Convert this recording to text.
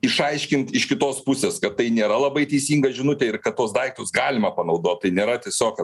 išaiškint iš kitos pusės kad tai nėra labai teisinga žinutė ir kad tuos daiktus galima panaudot tai nėra tiesiog kad